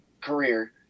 career